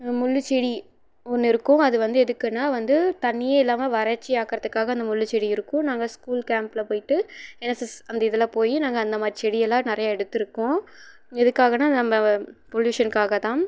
முள்ளு செடி ஒன்று இருக்கும் அது வந்து எதுக்குனா வந்து தண்ணீயே இல்லாமல் வறட்சி ஆக்கறதுக்காக அந்த முள்ளு செடி இருக்கும் நாங்கள் ஸ்கூல் கேம்பில் போய்ட்டு என்னசிஸ் அந்த இதில போய் நாங்கள் அந்த மாதிரி செடியெல்லாம் எடுத்திருக்கோம் எதுக்காகனா நம்ப பொல்யூஷனுக்காக தான்